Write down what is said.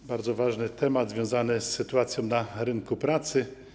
To bardzo ważny temat, związany z sytuacją na rynku pracy.